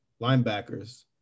linebackers